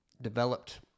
developed